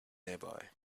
nearby